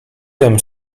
wiem